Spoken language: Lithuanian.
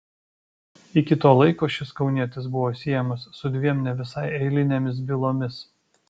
iki to laiko šis kaunietis buvo siejamas su dviem ne visai eilinėmis bylomis